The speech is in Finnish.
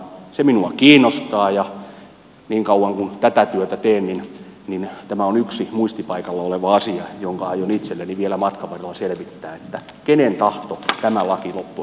se minua kiinnostaa ja niin kauan kuin tätä työtä teen tämä on yksi muistipaikalla oleva asia jonka aion itselleni vielä matkan varrella selvittää että tien kahta tutkan ohitettu